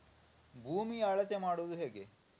ಭೂಮಿಯ ಅಳತೆ ಮಾಡುವುದು ಹೇಗೆ?